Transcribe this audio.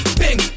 bing